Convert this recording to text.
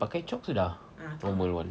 pakai chalk sudah normal [one]